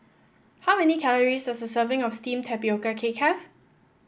how many calories does a serving of steamed Tapioca Cake have